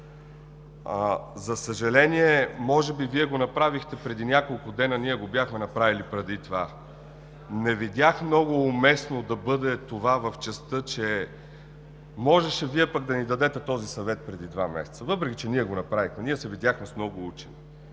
За съжаление, може би Вие го направихте преди няколко дни, но ние го бяхме направи преди това. Не е много уместно това да бъде в частта, че можеше Вие пък да ни дадете този съвет преди два месеца, въпреки че ние го направихме, ние се видяхме с много учени